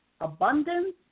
abundance